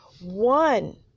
One